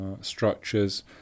structures